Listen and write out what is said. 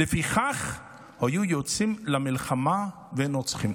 "לפיכך היו יוצאין למלחמה ונוצחין".